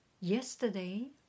Yesterday